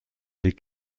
les